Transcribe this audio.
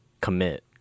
Commit